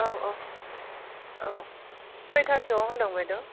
औ औ औ खयथासोआव होनदों बायद'